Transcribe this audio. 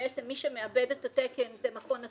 בעצם מי שמעבד את התקן זה מכון התקנים,